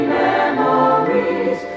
memories